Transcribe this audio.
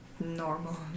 Normal